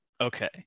Okay